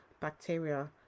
bacteria